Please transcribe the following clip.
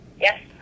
yes